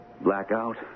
Blackout